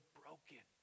broken